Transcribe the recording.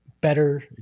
better